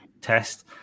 test